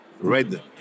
red